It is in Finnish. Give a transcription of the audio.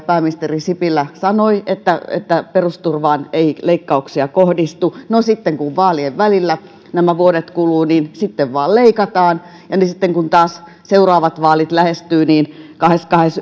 pääministeri sipilä sanoi että että perusturvaan ei leikkauksia kohdistu no sitten kun vaalien välillä nämä vuodet kuluvat sitten vain leikataan ja sitten kun taas seuraavat vaalit lähestyvät niin kahdeskymmenestoinen